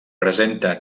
presenta